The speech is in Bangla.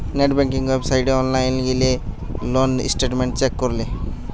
নেট বেংঙ্কিং ওয়েবসাইটে অনলাইন গিলে লোন স্টেটমেন্ট চেক করলে